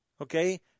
Okay